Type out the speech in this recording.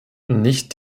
nicht